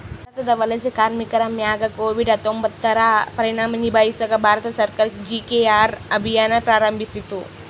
ಭಾರತದ ವಲಸೆ ಕಾರ್ಮಿಕರ ಮ್ಯಾಗ ಕೋವಿಡ್ ಹತ್ತೊಂಬತ್ತುರ ಪರಿಣಾಮ ನಿಭಾಯಿಸಾಕ ಭಾರತ ಸರ್ಕಾರ ಜಿ.ಕೆ.ಆರ್ ಅಭಿಯಾನ್ ಪ್ರಾರಂಭಿಸಿತು